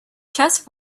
chest